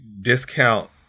discount